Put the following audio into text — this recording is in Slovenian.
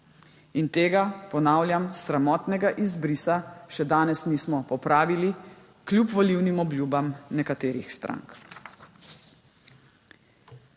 In tega, ponavljam, sramotnega izbrisa še danes nismo popravili, kljub volilnim obljubam nekaterih strank.